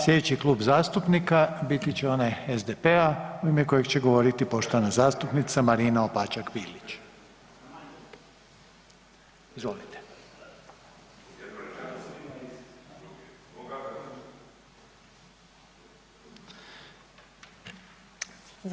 Slijedeći Klub zastupnika biti će onaj SDP-a u ime kojeg će govoriti poštovana zastupnica Marina Opačak Bilić, izvolite.